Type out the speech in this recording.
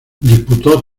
disputó